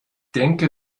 denke